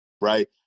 right